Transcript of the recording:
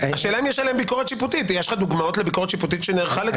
יש לך דוגמאות לביקורת שיפוטית שנערכה לגביהם?